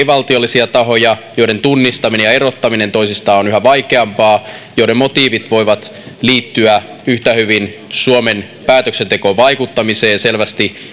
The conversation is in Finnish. valtiollisia tahoja joiden tunnistaminen ja erottaminen toisistaan on yhä vaikeampaa joiden motiivit voivat liittyä yhtä hyvin suomen päätöksentekoon vaikuttamiseen selvästi